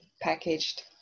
packaged